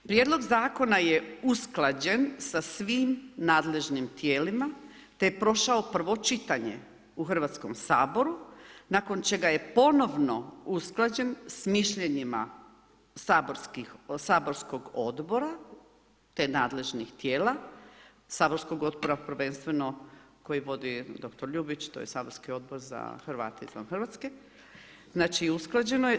Prijedlog Zakona je usklađen sa svim nadležnim tijelima, te je prošao prvo čitanje u Hrvatskom saboru, nakon čega je ponovno usklađen s mišljenjima saborskog odbora te nadležnih tijela, saborskog odbora, prvenstveno, koje vodi doktor Ljubić, to je saborski Odbor za Hrvate izvan RH, znači usklađeno je.